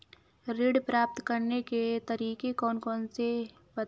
ऋण प्राप्त करने के तरीके कौन कौन से हैं बताएँ?